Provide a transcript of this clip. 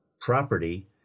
property